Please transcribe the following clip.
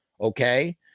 okay